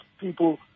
people